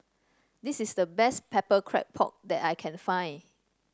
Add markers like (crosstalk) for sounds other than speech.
this is the best pepper (unintelligible) pork that I can find